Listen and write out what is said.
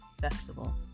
Festival